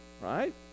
right